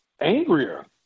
angrier